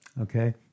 Okay